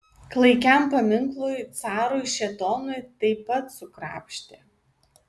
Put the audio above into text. klaikiam paminklui carui šėtonui taip pat sukrapštė